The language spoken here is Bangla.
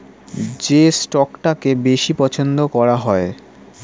যে স্টকটাকে বেশি পছন্দ করা হয়